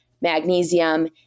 magnesium